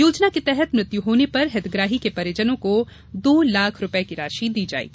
योजना के तहत मृत्यू होने पर हितग्राही के परिजन को दो लाख रुपये की राशि दी जायेगी